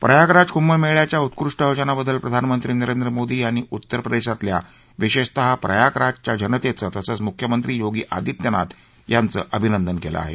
प्रयागराज कुंभमेळ्याच्या उत्कृष्ट आयोजनाबद्दल प्रधानमंत्री नरेंद्र मोदी यांनी उत्तरप्रदेशातल्या विशेषतः प्रयागराजच्या जनतेचं तसंच मुख्यमंत्री योगी आदित्यनाथ यांचं अभिनंदन केलं आहे